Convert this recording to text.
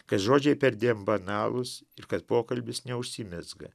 kad žodžiai perdėm banalūs ir kad pokalbis neužsimezga